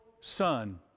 son